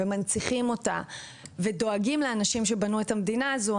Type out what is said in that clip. מנציחים אותה ודואגים לאנשים שבנו את המדינה שלנו,